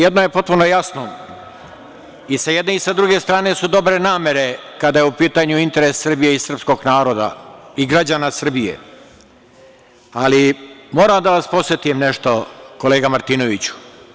Jedno je potpuno jasno, i sa jedne i sa druge strane su dobre namere kada je u pitanju interes Srbije i srpskog naroda i građana Srbije, ali, moram da vas podsetim nešto, kolega Martinoviću.